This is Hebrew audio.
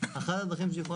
שמשרד הבריאות יוכל